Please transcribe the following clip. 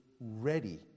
ready